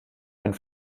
einen